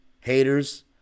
Haters